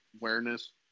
awareness